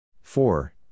four